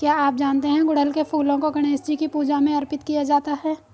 क्या आप जानते है गुड़हल के फूलों को गणेशजी की पूजा में अर्पित किया जाता है?